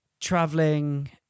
traveling